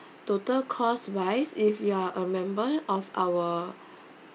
total cost wise if you are a member of our